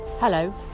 Hello